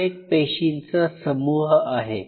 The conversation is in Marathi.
हा एक पेशींचा समूह आहे